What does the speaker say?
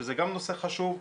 שזה גם נושא חשוב,